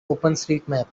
openstreetmap